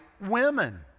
women